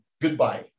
Goodbye